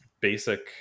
basic